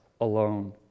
alone